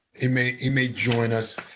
he may he may join us,